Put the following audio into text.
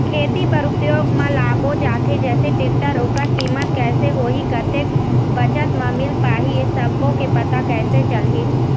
खेती बर उपयोग मा लाबो जाथे जैसे टेक्टर ओकर कीमत कैसे होही कतेक बचत मा मिल पाही ये सब्बो के पता कैसे चलही?